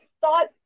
thought